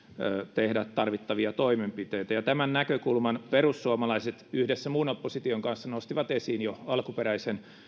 tehdä tarvittavia toimenpiteitä tämän näkökulman perussuomalaiset yhdessä muun opposition kanssa nostivat esiin jo alkuperäisen